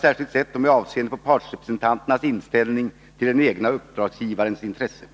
särskilt med avseende på partsrepresentanternas inställning till den egna uppdragsgivarens intresse.